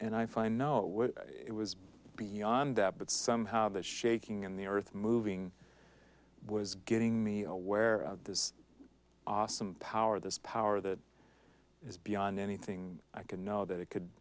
and i find no it was beyond that but somehow the shaking and the earth moving was getting me aware of this awesome power of this power that is beyond anything i could know that it could